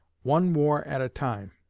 one war at a time.